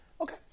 Okay